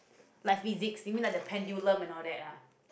like physics you mean like the pendulum and all that lah